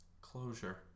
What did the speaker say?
Closure